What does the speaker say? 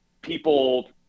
people